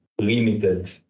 limited